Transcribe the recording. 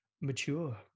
mature